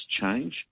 change